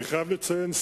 אני חייב לציין,